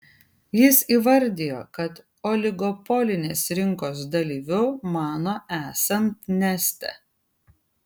jis įvardijo kad oligopolinės rinkos dalyviu mano esant neste